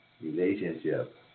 relationship